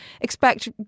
Expect